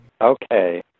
Okay